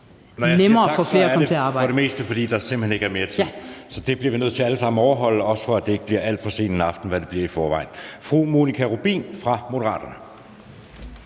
nemmere for flere at komme til at arbejde.